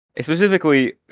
Specifically